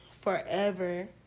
forever